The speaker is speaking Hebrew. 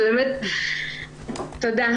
תודה.